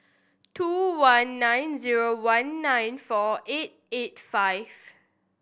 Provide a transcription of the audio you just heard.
two one nine zero one nine four eight eight five